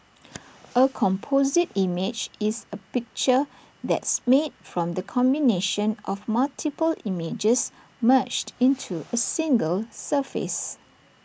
A composite image is A picture that's made from the combination of multiple images merged into A single surface